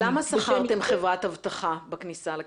למה שכרתם חברת אבטחה בכניסה לקיבוץ?